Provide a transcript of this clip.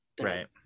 right